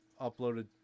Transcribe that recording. uploaded